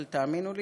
אבל תאמינו לי,